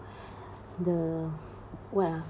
the what ah